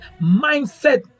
mindset